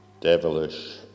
devilish